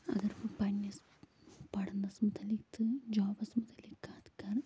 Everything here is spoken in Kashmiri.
اگر بہٕ پنٕنِس پرنس مُتعلِق تہٕ جابس مُتعلِق کتھ کرٕ